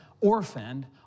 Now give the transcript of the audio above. orphaned